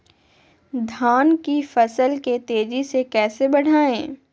धान की फसल के तेजी से कैसे बढ़ाएं?